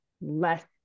less